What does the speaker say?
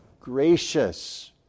gracious